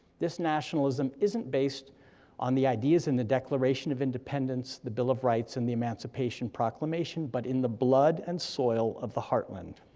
this nationalism isn't based on the ideas in the declaration of independence, the bill of rights, and the emancipation proclamation, but in the blood and soil of the heartland.